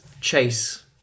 Chase